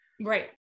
Right